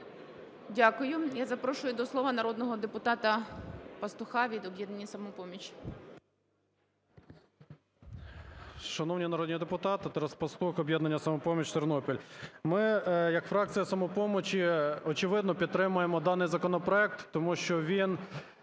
Дякую. Я запрошую до слова народного депутата Пастуха від "Об'єднання "Самопоміч". 16:40:40 ПАСТУХ Т.Т. Шановні народні депутати! Тарас Пастух, "Об'єднання "Самопоміч", Тернопіль. Ми як фракція "Самопомочі", очевидно, підтримаємо даний законопроект, тому що він